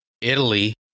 Italy